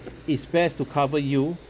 it's best to cover you